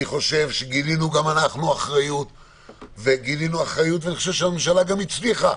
אני חושב שגילינו גם אנחנו אחריות ואני חושב שהממשלה גם הצליחה.